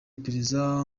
iperereza